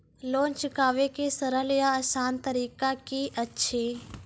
Loan चुकाबै के सरल या आसान तरीका की अछि?